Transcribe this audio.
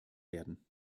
werden